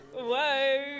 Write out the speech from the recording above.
whoa